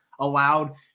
allowed